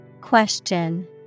Question